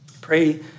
Pray